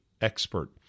expert